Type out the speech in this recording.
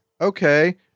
Okay